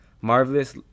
Marvelous